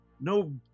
no